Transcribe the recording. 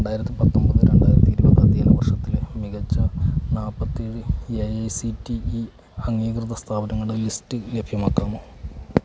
രണ്ടായിരത്തി പത്തൊമ്പത് രണ്ടായിരത്തി ഇരുപത് അധ്യയന വർഷത്തിലെ മികച്ച നാൽപ്പത്തി ഏഴ് A I C T E അംഗീകൃത സ്ഥാപനങ്ങളുടെ ലിസ്റ്റ് ലഭ്യമാക്കാമോ